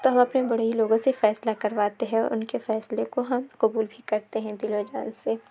تو ہم اپنے بڑے ہی لوگوں سے فیصلہ کرواتے ہیں اور اُن کے فیصلے کو ہم قبول بھی کرتے ہیں دِل اور جان سے